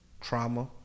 trauma